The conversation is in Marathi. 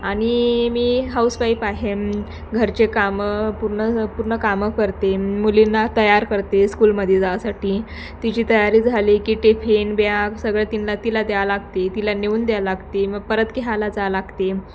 आणि मी हाऊस वाईफ आहे घरचे कामं पूर्ण पूर्ण कामं करते मुलींना तयार करते स्कूलमध्ये जायसाठी तिची तयारी झाली की टिफिन ब्याग सगळं तिला तिला द्या लागते तिला नेऊन द्या लागते मग परत घ्यायला जावं लागते